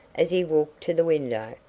as he walked to the window.